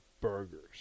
burgers